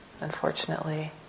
unfortunately